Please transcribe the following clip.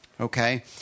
Okay